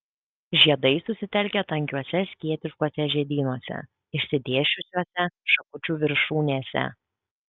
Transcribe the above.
žiedai susitelkę tankiuose skėtiškuose žiedynuose išsidėsčiusiuose šakučių viršūnėse